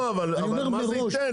לא, לא, אבל מה זה ייתן?